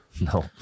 No